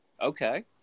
Okay